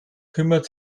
kümmert